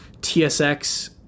TSX